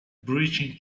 breaching